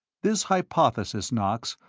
this hypothesis, knox,